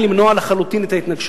עדיין ניתן למנוע לחלוטין את ההתנגשות,